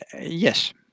Yes